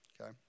Okay